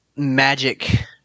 Magic